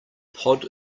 pod